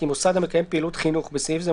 כי מוסד המקיים פעילות חינוך (בסעיף זה,